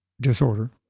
disorder